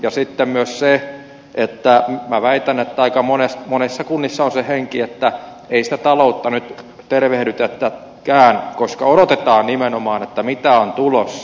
sitten minä myös väitän että aika monessa kunnassa on se henki että ei sitä taloutta nyt tervehdytetäkään koska odotetaan nimenomaan mitä on tulossa